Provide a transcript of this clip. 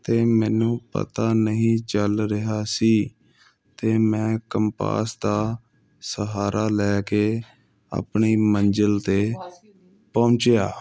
ਅਤੇ ਮੈਨੂੰ ਪਤਾ ਨਹੀਂ ਚੱਲ ਰਿਹਾ ਸੀ ਅਤੇ ਮੈਂ ਕੰਪਾਸ ਦਾ ਸਹਾਰਾ ਲੈ ਕੇ ਆਪਣੀ ਮੰਜ਼ਿਲ 'ਤੇ ਪਹੁੰਚਿਆ